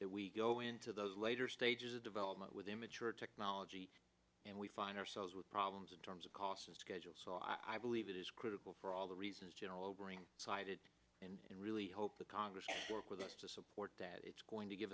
that we go into the later stages of development with a mature technology and we find ourselves with problems in terms of cost and schedule so i believe it is critical for all the reasons general obering cited and really hope the congress to work with us to support that it's going to give